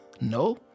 no